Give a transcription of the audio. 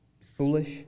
foolish